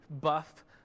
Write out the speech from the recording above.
buff